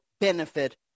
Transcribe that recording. benefit